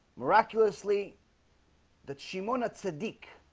miraculously that shimon at sadiq